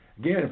Again